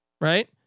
right